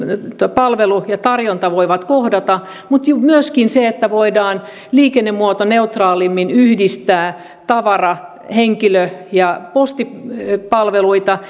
palvelu ja tarjonta voivat kohdata mutta myöskin kun voidaan liikennemuotoneutraalimmin yhdistää tavara henkilö ja postipalveluita